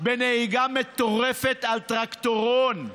בנהיגה מטורפת על טרקטורון.